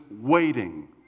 waiting